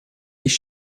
ich